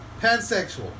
Pansexual